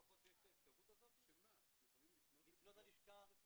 אם זה פרופ' יהב --- אני מייצג את הלשכה הרפואית.